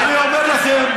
אני אומר לכם,